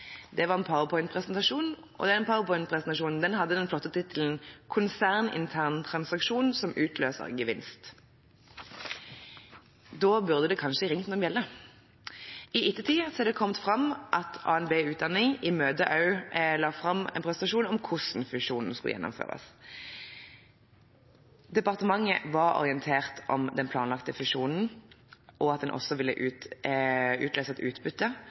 Det var en powerpointpresentasjon, og den powerpointpresentasjonen hadde den flotte tittelen «Konsernintern transaksjon som utløser gevinst». Da burde det kanskje ringt noen bjeller. I ettertid har det kommet fram at ABN Utdanning i møtet også la fram en presentasjon om hvordan fusjonen skulle gjennomføres. Departementet var orientert om den planlagte fusjonen og at den også ville utløse et utbytte,